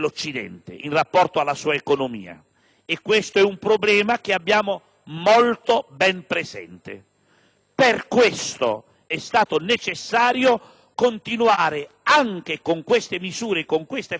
Perciò è stato necessario continuare, anche con queste misure e con questa finanziaria, nella politica di rigore nella finanza pubblica che abbiamo ritenuto